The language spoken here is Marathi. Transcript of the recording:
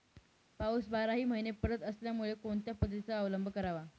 पाऊस बाराही महिने पडत असल्यामुळे कोणत्या पद्धतीचा अवलंब करावा?